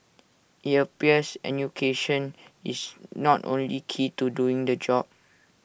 IT appears enunciation is not only key to doing the job